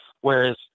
Whereas